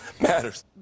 Matters